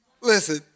Listen